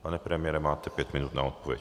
Pane premiére, máte pět minut na odpověď.